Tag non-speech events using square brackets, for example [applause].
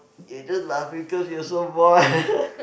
you are just laughing cause you also bored [noise]